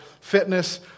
fitness